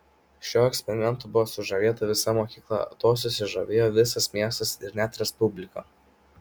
šiuo eksperimentu buvo sužavėta visa mokyklą tuo susižavėjo visas miestas ir net respublika